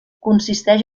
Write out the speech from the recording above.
consisteix